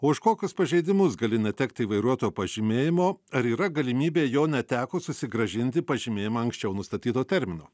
už kokius pažeidimus gali netekti vairuotojo pažymėjimo ar yra galimybė jo netekus susigrąžinti pažymėjimą anksčiau nustatyto termino